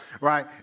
Right